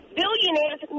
billionaires